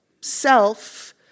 self